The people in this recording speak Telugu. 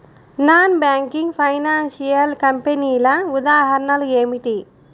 నాన్ బ్యాంకింగ్ ఫైనాన్షియల్ కంపెనీల ఉదాహరణలు ఏమిటి?